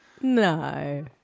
No